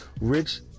Rich